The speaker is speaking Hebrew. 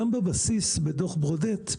גם בבסיס בדו"ח ברודט,